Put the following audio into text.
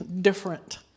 different